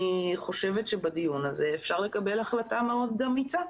אני חושבת שבדיון הזה אפשר לקבל החלטה מאוד אמיצה: